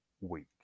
week